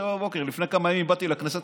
07:00. לפני כמה ימים באתי לכנסת,